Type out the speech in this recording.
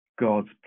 God's